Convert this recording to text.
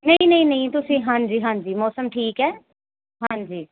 ਨਹੀਂ ਨਹੀਂ ਨਹੀਂ ਤੁਸੀਂ ਹਾਂਜੀ ਹਾਂਜੀ ਮੌਸਮ ਠੀਕ ਹੈ ਹਾਂਜੀ